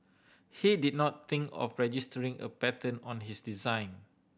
he did not think of registering a patent on his design